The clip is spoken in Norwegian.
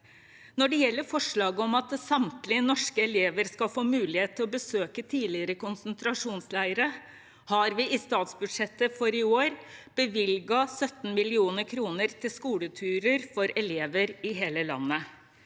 Når det gjelder forslaget om at samtlige norske elever skal få mulighet til å besøke tidligere konsentrasjonsleirer, har vi i statsbudsjettet for i år bevilget 17 mill. kr til skoleturer for elever i hele landet.